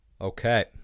Okay